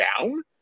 down